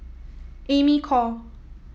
Amy Khor